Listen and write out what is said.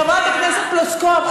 חברת הכנסת פלוסקוב,